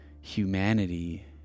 humanity